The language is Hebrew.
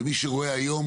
ומי שרואה היום,